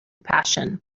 passion